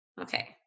okay